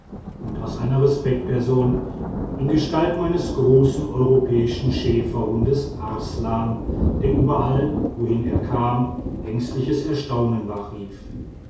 und aus einer respektsperson in gestalt meines großen europäischen schäferhundes arslan der überall wohin er kam ängstliches erstaunen wachrief